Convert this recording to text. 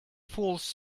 fools